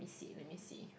let me see let me see